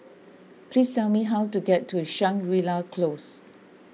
please tell me how to get to Shangri La Close